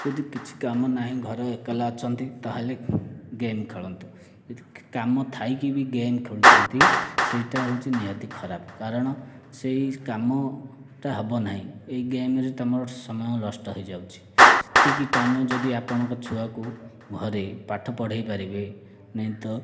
ଯଦି କିଛି କାମ ନାହିଁ ଘର ଏକେଲା ଅଛନ୍ତି ତାହେଲେ ଗେମ୍ ଖେଳନ୍ତି କାମ ଥାଇକରି ବି ଗେମ୍ ଖେଳୁଛନ୍ତି ସେଇଟା ହେଉଛି ନିହାତି ଖରାପ କାରଣ ସେଇ କାମଟା ହେବ ନାହିଁ ଏଇ ଗେମ୍ରେ ତୁମର ସମୟ ନଷ୍ଟ ହୋଇଯାଉଛି ସେତିକି ଟାଇମ୍ ଯଦି ଆପଣଙ୍କ ଛୁଆକୁ ଘରେ ପାଠ ପଢ଼ାଇ ପାରିବେ ନାହିଁ ତ